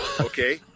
Okay